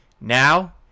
Now